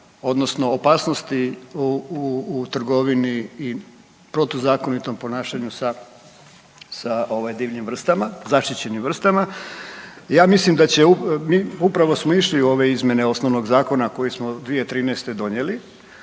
odnosno opasnosti u trgovini i protuzakonitom ponašanju sa divljim vrstama, zaštićenim vrstama. Ja mislim da će, upravo smo išli u ove izmjene osnovnog zakona koji smo 2013. donijeli,